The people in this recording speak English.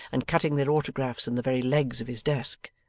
and cutting their autographs in the very legs of his desk.